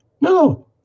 No